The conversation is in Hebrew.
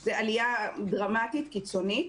זה עלייה דרמטית, קיצונית.